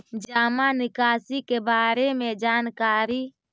जामा निकासी के बारे में जानकारी?